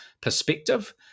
perspective